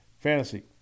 fantasy